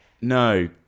No